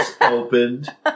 opened